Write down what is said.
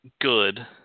good